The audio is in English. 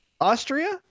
Austria